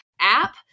app